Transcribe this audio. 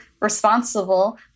responsible